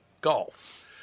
golf